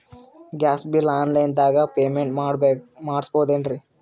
Gas bill online ದಾಗ payment ಮಾಡಬೋದೇನ್ರಿ?